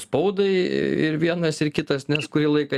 spaudai ir vienas ir kitas nes kurį laiką